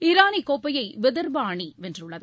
Iranic கோப்பையை விதர்பா அணி வென்றுள்ளது